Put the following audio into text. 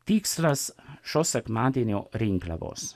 tikslas šio sekmadienio rinkliavos